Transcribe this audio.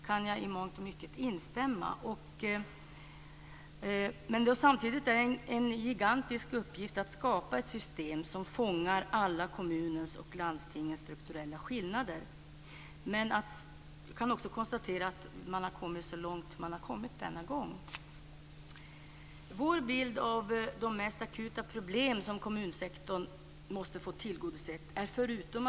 Samtidigt vill jag framhålla att det är en gigantisk uppgift att skapa ett system som fångar upp alla kommuners och landstings strukturella skillnader. Jag kan bara konstatera att man har kommit så långt som man har kommit denna gång. Vår bild av de mest akuta problem som måste tillgodoses inom kommunsektorn är följande.